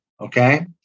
Okay